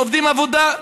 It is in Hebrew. עובדים עבודה יעילה.